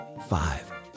Five